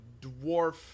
dwarf